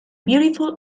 beautiful